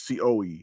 coe